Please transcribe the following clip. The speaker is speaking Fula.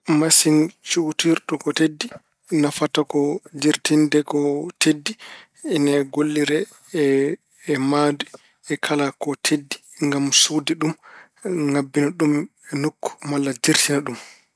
Masiŋ cuutirɗo ko teddi nafata ko dirtinde ko teddi. Ina gollire e- e mahde, e kala ko teddi ngam suutde ɗum ŋabbina ɗum e nokku walla dirtina ɗum.